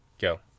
Go